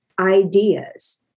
ideas